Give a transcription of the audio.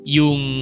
yung